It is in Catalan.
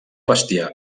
bestiar